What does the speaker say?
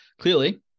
clearly